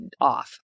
off